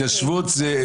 התיישבות זה סמוטריץ'.